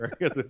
Right